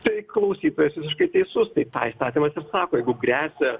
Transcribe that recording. tai klausytojas visiškai teisus tai tą įstatymas ir sako jeigu gresia